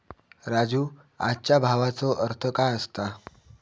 राजू, आजच्या भावाचो अर्थ काय असता?